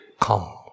come